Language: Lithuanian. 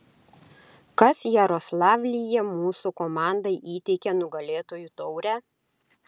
kas jaroslavlyje mūsų komandai įteikė nugalėtojų taurę